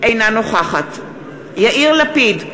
אינה נוכחת יאיר לפיד,